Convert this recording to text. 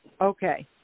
Okay